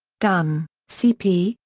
dunn, c. p,